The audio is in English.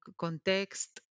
context